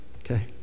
Okay